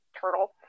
Turtle